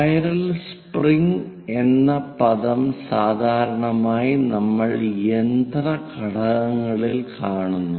spiral spring എന്ന പദം സാധാരണമായി നമ്മൾ യന്ത്ര ഘടകങ്ങളിൽ കാണുന്നു